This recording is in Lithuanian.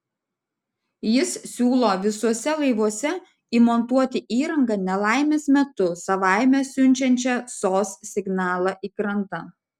jis siūlo visuose laivuose įmontuoti įrangą nelaimės metu savaime siunčiančią sos signalą į krantą